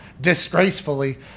disgracefully